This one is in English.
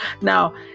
now